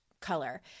color